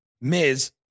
Miz